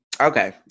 Okay